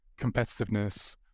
competitiveness